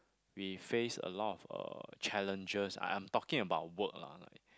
we face a lot of uh challenges I'm talking about work lah like